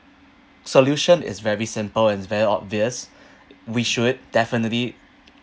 solution is very simple and very obvious we should definitely